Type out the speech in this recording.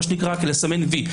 מה שנקרא "לסמן וי",